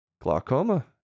Glaucoma